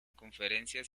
conferencias